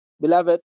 Beloved